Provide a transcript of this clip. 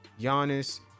Giannis